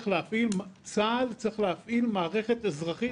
צה"ל צריך להפעיל מערכת אזרחית,